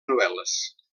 novel·les